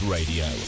Radio